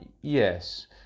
yes